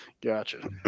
Gotcha